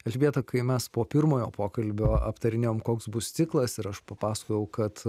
elžbieta kai mes po pirmojo pokalbio aptarinėjom koks bus ciklas ir aš papasakojau kad